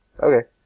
Okay